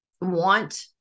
want